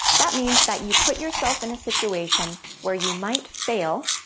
that means that you put yourself in a situation where you might fail,